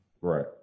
Right